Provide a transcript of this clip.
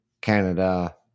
Canada